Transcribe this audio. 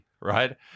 right